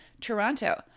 Toronto